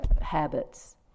habits